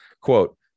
quote